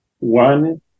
one